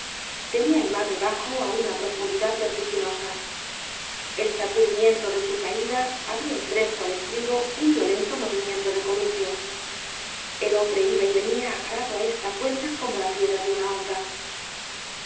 tenia el mar debajo á una profundidad vertiginosa el sacudimiento de su caida habia impreso al estribo un violento movimiento de columpio el hombre iba y venia agarrado á esta cuerda como la piedra de una honda